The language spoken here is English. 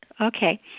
Okay